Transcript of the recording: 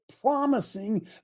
promising